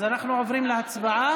אז אנחנו עוברים להצבעה.